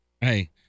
Hey